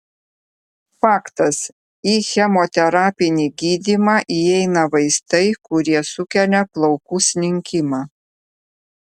faktas į chemoterapinį gydymą įeina vaistai kurie sukelia plaukų slinkimą